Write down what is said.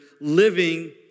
living